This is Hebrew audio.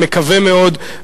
אני מקווה מאוד,